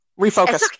refocus